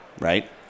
right